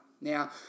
Now